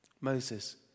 Moses